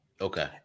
Okay